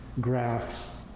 graphs